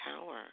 power